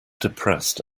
depressed